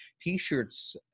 T-shirts